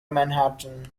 manhattan